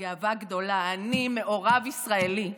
בגאווה גדולה: אני מעורב ישראלי,